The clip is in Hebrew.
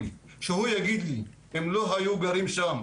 שהוא יגיד לי הם לא היו גרים שם,